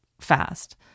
fast